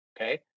okay